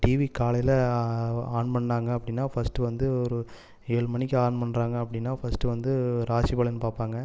TV காலையில on பண்ணாங்க அப்படின்னா ஃபர்ஸ்ட்டு வந்து ஒரு ஏழு மணிக்கு ஆன் பண்ணுறாங்க அப்படின்னா ஃபர்ஸ்ட்டு வந்து ராசிபலன் பார்ப்பாங்க